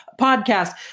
podcast